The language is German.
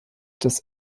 das